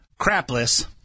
crapless